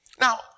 Now